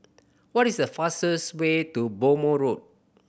what is the fastest way to Bhamo Road